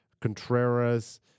Contreras